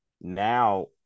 now